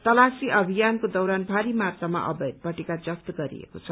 तलाशी अभियानको दौरान भारी मात्रामा अवैध पटेका जफ्त गरिएको छ